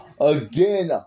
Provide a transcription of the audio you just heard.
again